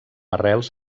arrels